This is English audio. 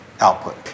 output